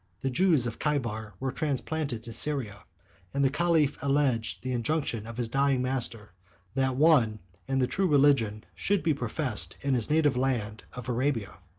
the jews of chaibar were transported to syria and the caliph alleged the injunction of his dying master that one and the true religion should be professed in his native land of arabia.